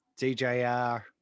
DJR